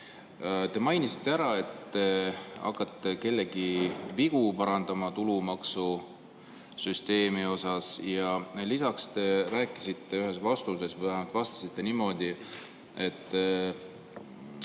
Te mainisite, et hakkate kellegi vigu parandama tulumaksusüsteemiga seoses, ja lisaks te rääkisite ühes vastuses või vähemalt vastasite niimoodi, et